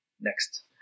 next